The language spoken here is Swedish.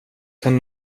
kan